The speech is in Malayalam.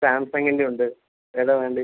സാംസങ്ങിൻ്റെ ഉണ്ട് ഏതാണ് വേണ്ടത്